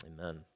Amen